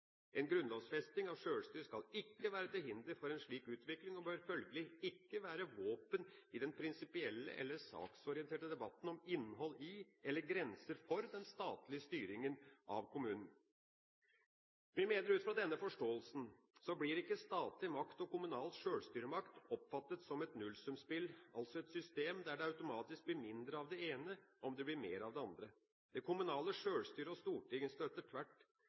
En grunnlovfesting av sjølstyret skal ikke være til hinder for en slik utvikling og bør følgelig ikke være våpen i den prinsipielle eller saksorienterte debatten om innhold i eller grenser for den statlige styringen av kommunen. Vi mener at ut fra denne forståelsen blir ikke statlig makt og kommunal sjølstyremakt oppfattet som et nullsumspill, altså et system der det automatisk blir mindre av det ene om det blir mer av det andre. Det kommunale sjølstyret og Stortinget støtter tvert